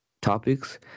topics